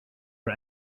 for